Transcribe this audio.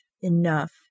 enough